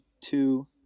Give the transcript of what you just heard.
two